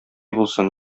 булсын